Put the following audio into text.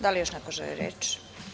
Da li još neko želi reč?